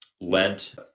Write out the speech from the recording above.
Lent